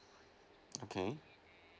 okay